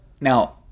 now